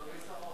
אדוני שר האוצר,